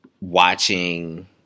Watching